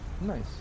Nice